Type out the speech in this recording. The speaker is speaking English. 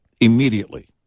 immediately